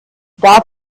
darf